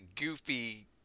goofy